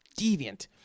deviant